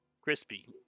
Crispy